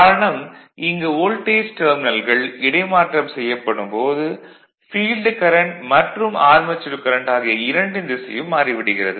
காரணம் இங்கு வோல்டேஜ் டெர்மினல்கள் இடைமாற்றம் செய்யப்படும்போது ஃபீல்டு கரண்ட் மற்றும் ஆர்மெச்சூர் கரண்ட் ஆகிய இரண்டின் திசையும் மாறிவிடுகிறது